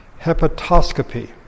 hepatoscopy